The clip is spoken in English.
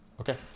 Okay